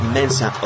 Mensa